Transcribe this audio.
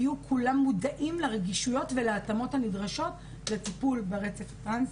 יהיו כולם מודעים לרגישויות ולהתאמות הנדרשות לטיפול ברצף הטרנסי.